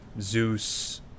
zeus